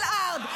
אל-ארד, אל-ארד.